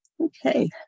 Okay